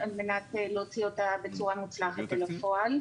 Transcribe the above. התקציב, על מנת להוציא אותה בצורה מוצלחת לפועל.